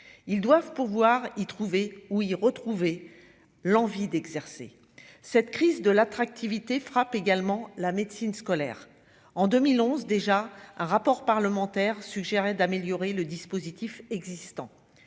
ils doivent pouvoir y trouver où y retrouver l'envie d'exercer cette crise de l'attractivité frappe également la médecine scolaire en 2011 déjà, un rapport parlementaire suggéré d'améliorer le dispositif existant,